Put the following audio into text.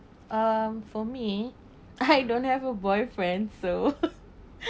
um for me I don't have a boyfriend so